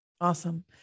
Awesome